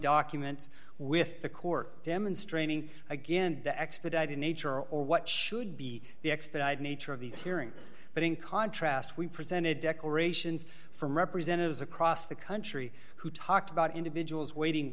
documents with the court demonstrating again the expedited nature or what should be the expedited nature of these hearings but in contrast we presented declarations from representatives across the country who talked about individuals waiting